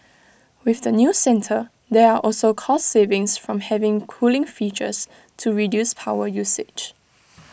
with the new centre there are also cost savings from having cooling features to reduce power usage